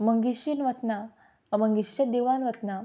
मंगेशीन वतना मंगेशीच्या देवळान वतना